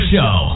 Show